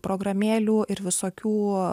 programėlių ir visokių